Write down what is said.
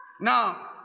Now